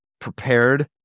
prepared